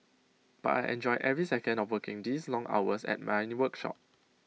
but I enjoy every second of working these long hours at my workshop